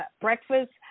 breakfast